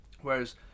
Whereas